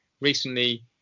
recently